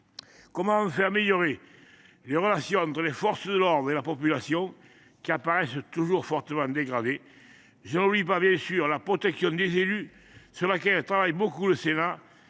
Comment enfin améliorer les relations entre les forces de l’ordre et la population, qui apparaissent toujours fortement dégradées ? Je n’oublie évidemment pas la protection des élus, sur laquelle travaille beaucoup le Sénat.